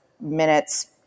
minutes